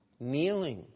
kneeling